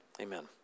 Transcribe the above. Amen